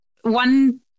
one